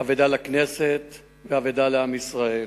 אבדה לכנסת ואבדה לעם ישראל.